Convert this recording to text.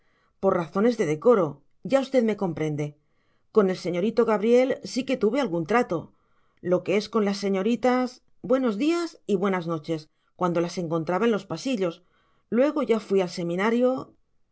por razones de decoro ya usted me comprende con el señorito gabriel sí que tuve algún trato lo que es con las señoritas buenos días y buenas noches cuando las encontraba en los pasillos luego ya fui al seminario